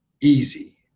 easy